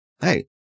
Hey